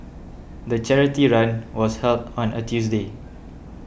the charity run was held on a Tuesday